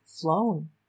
flown